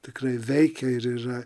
tikrai veikia ir yra